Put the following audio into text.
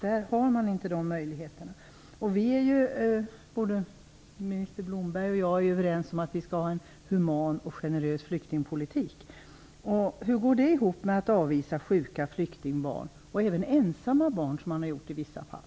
Där har man inte de möjligheterna. Både minister Blomberg och jag är överens om att vi skall ha en human och generös flyktingpolitik. Hur går det ihop med att avvisa sjuka flyktingbarn och även ensamma barn, som man har gjort i vissa fall?